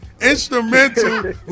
instrumental